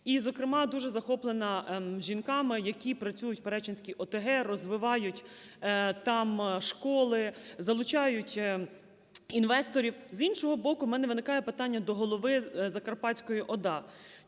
і, зокрема, дуже захоплена жінками, які працюють в Перечинській ОТГ, розвивають там школи, залучають інвесторів. З іншого боку, у мене виникає питання до голови Закарпатської ОДА.